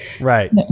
right